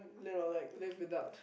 you know like live without